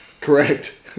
Correct